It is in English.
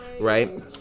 right